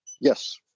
Yes